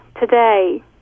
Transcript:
today